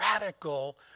radical